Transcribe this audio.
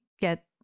get